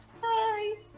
Hi